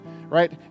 right